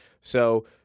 So-